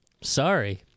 Sorry